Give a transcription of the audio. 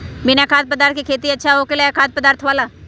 बिना खाद्य पदार्थ के खेती अच्छा होखेला या खाद्य पदार्थ वाला?